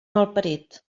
malparit